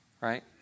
right